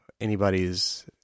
anybody's